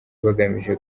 bagamije